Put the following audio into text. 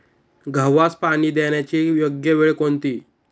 गव्हास पाणी देण्याची योग्य वेळ कोणती?